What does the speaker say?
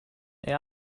they